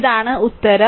ഇതാണ് ഉത്തരം